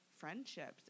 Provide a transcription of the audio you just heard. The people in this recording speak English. friendships